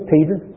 Peter